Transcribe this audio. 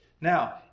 Now